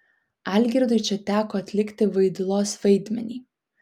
algirdui čia teko atlikti vaidilos vaidmenį